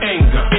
Anger